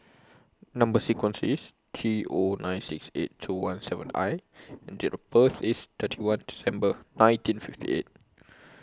Number sequence IS T O nine six eight two one seven I and Date of birth IS thirty one December nineteen fifty eight